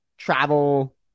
Travel